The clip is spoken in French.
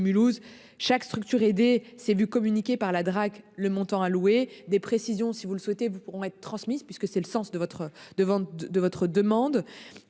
Mulhouse chaque structure aider s'est vu communiquer par la Drac le montant à louer des précisions si vous le souhaitez-vous pourront être transmises puisque c'est le sens de votre de vente